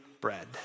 bread